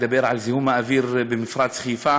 מדבר על זיהום האוויר במפרץ חיפה.